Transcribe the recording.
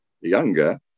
younger